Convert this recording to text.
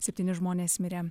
septyni žmonės mirė